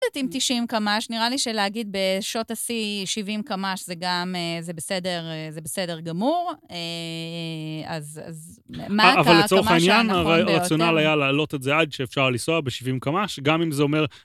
עם 90 קמ"ש, נראה לי שלהגיד בשעות השיא 70 קמ"ש, זה גם, זה בסדר גמור. אז מה הקמ"ש הנכון ביותר? אבל לצורך העניין הרציונל היה להעלות את זה עד שאפשר לנסוע ב-70 קמ"ש, גם אם זה אומר...